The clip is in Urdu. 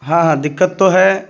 ہاں ہاں دِقّت تو ہے